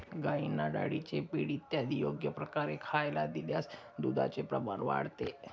गाईंना डाळीचे पीठ इत्यादी योग्य प्रकारे खायला दिल्यास दुधाचे प्रमाण वाढते